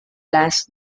last